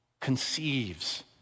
conceives